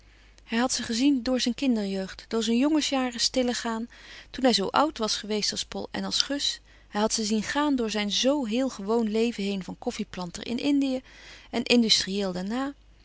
hij had ze gezien door zijn kinderjeugd door zijn jongensjaren stille gaan toen hij zoo oud was geweest als pol en als gus hij had ze zien gaan door zijn zoo heel gewoon leven heen van koffieplanter in indië en industrieel daarna